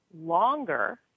longer